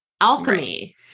alchemy